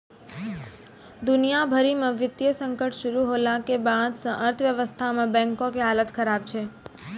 दुनिया भरि मे वित्तीय संकट शुरू होला के बाद से अर्थव्यवस्था मे बैंको के हालत खराब छै